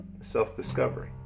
Self-discovery